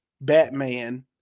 Batman